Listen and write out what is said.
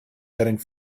getting